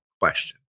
question